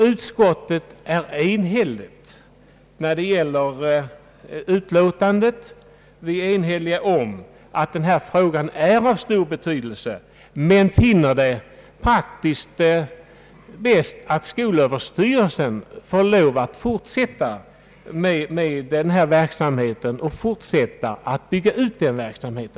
Utskottet är enhälligt om att frågan är av stor betydelse men finner det praktiskt bäst att skolöverstyrelsen får fortsätta den verksamhet som pågår och bygga ut den ytterligare.